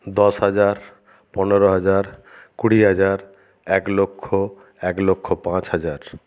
দশ হাজার পনের হাজার কুড়ি হাজার এক লক্ষ এক লক্ষ পাঁচ হাজার